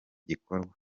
gikorwa